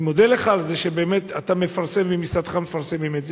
אני מודה לך על זה שבאמת אתה ומשרדך מפרסמים את זה.